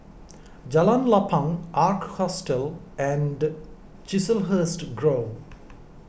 Jalan Lapang Ark Hostel and Chiselhurst Grove